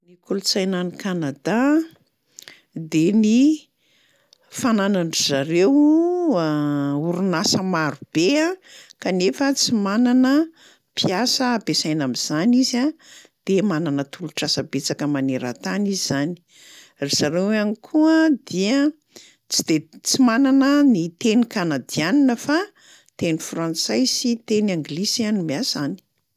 Ny kolontsaina any Kanada de ny fananan-dry zareo orinasa marobe a kanefa tsy manana mpiasa ampiasaina am'zany izy a, de manana tolotr'asa betsaka maneran-tany izy zany. Ry zareo ihany koa dia tsy de- tsy manana ny teny kanadiana fa teny frantsay sy teny anglisy no miasa any.